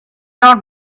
not